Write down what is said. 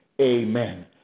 amen